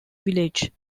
village